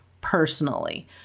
personally